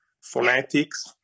phonetics